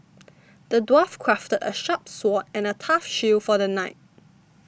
the dwarf crafted a sharp sword and a tough shield for the knight